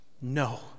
No